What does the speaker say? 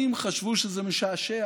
שלו,